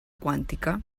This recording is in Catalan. quàntica